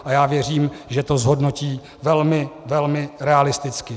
A já věřím, že to zhodnotí velmi, velmi realisticky.